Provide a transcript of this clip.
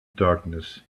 darkness